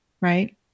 right